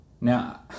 Now